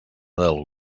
del